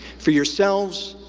for yourselves,